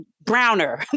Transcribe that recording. browner